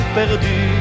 perdu